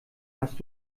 hast